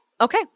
okay